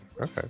Okay